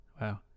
Wow